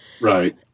right